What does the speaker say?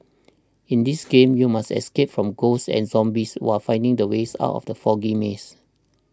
in this game you must escape from ghosts and zombies while finding the ways out of the foggy maze